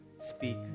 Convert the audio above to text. speak